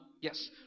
Yes